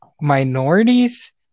minorities